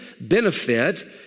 benefit